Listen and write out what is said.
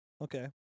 Okay